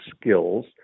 skills